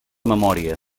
memòria